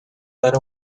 that